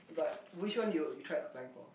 but which one you you tried applying for